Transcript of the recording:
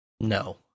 No